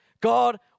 God